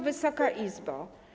Wysoka Izbo!